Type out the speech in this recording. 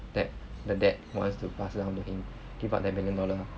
that the dad wants to pass down to him give up that million dollar